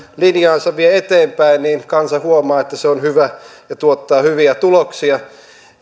linjaansa vie eteenpäin kansa huomaa että se on hyvä ja tuottaa hyviä tuloksia